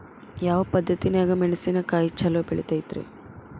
ಯಾವ ಪದ್ಧತಿನ್ಯಾಗ ಮೆಣಿಸಿನಕಾಯಿ ಛಲೋ ಬೆಳಿತೈತ್ರೇ?